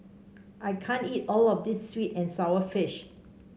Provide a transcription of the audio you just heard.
I can't eat all of this sweet and sour fish